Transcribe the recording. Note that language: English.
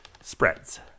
spreads